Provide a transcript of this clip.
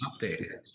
updated